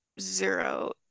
zero